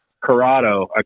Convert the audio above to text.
Corrado